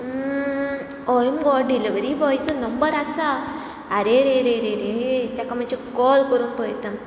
हय मुगो डिलीवरी बॉयचो नंबर आसा आरेरेरेरे ताका मातशें कॉल करून पळयता